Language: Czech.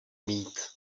mít